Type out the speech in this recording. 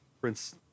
Prince